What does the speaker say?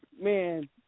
Man